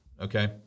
Okay